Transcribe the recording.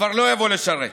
כבר לא יבוא לשרת.